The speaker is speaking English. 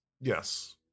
Yes